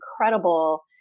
incredible